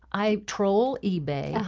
i troll ebay.